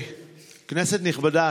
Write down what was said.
כנסת נכבדה,